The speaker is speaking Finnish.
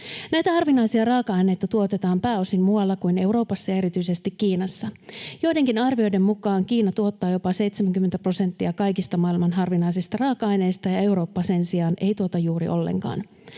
Näitä harvinaisia raaka-aineita tuotetaan pääosin muualla kuin Euroopassa ja erityisesti Kiinassa. Joidenkin arvioiden mukaan Kiina tuottaa jopa 70 prosenttia kaikista maailman harvinaisista raaka-aineista ja Eurooppa sen sijaan ei tuota juuri ollenkaan.